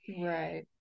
Right